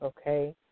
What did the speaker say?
okay